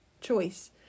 choice